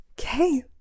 Okay